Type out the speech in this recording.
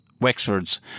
Wexford's